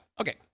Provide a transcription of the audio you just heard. okay